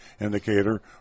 indicator